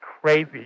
crazy